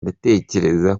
ndatekereza